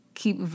keep